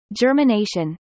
germination